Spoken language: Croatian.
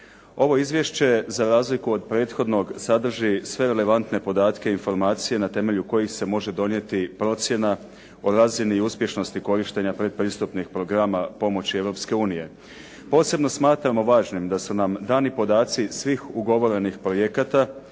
Ovo izvješće za razliku od prethodnog sadrži sve relevantne podatke i informacije na temelju kojih se može donijeti procjena o razini i uspješnosti korištenja predpristupnih programa pomoći Europske unije. Posebno smatramo važnim da su nam dani podaci svih ugovorenih projekata,